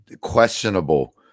questionable